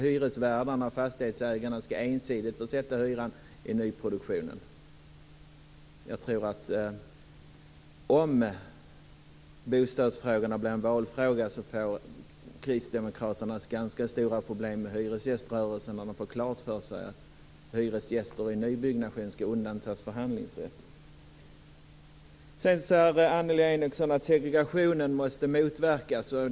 Hyresvärdarna, fastighetsägarna, ska ensidigt få sätta hyran i nyproduktionen. Om bostadsfrågan blir en valfråga tror jag att Kristdemokraterna får ganska stora problem med hyresgäströrelsen när de får klart för sig att hyresgäster i nybyggnation ska undantas förhandlingsrätten. Annelie Enochson säger att segregationen måste motverkas.